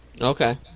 Okay